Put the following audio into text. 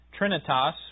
Trinitas